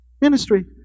Ministry